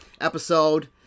episode